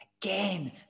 Again